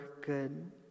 good